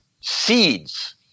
seeds